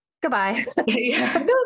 Goodbye